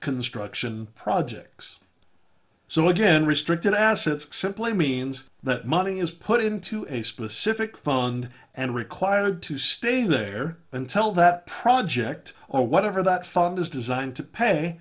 construction projects so again restricted assets simply means that money is put into a specific fund and required to stay there and tell that project or whatever that fund is designed to pay